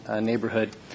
neighborhood